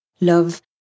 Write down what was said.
love